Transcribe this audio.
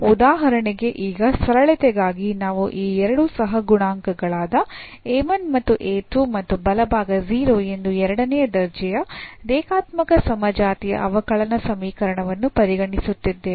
ಉದಾಹರಣೆಗೆ ಈಗ ಸರಳತೆಗಾಗಿ ನಾವು ಈ ಎರಡು ಸಹಗುಣಾಂಕಗಳಾದ ಮತ್ತು ಮತ್ತು ಬಲಭಾಗ 0 ಎಂಬ ಎರಡನೇ ದರ್ಜೆಯ ರೇಖಾತ್ಮಕ ಸಮಜಾತೀಯ ಅವಕಲನ ಸಮೀಕರಣವನ್ನು ಪರಿಗಣಿಸುತ್ತಿದ್ದೇವೆ